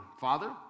Father